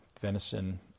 venison